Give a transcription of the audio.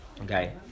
Okay